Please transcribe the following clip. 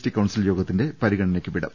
T council യോഗത്തിന്റെ പരിഗണനയ്ക്ക് വിടും